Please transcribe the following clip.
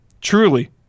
Truly